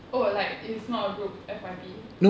oh like it's not a group F_Y_P